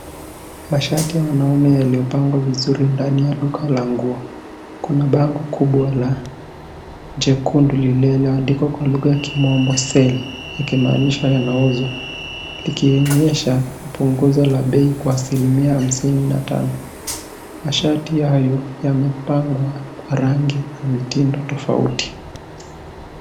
Mashati ya wanaume yaliyopangwa vizuri ndani ya duka la nguo. Kuna bango kubwa la jekundu lililo andikwa kwa lugha ya kimombo sale ikimaanisha yanauzwa, likionyesha punguzo la bei kwa asilimia hamsini na tano. Mashati hayo yamepangwa kwa rangi na mitindo tofauti.